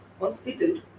hospital